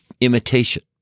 imitation